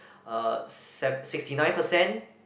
uh s~ sixty nine percent